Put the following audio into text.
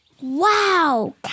Wow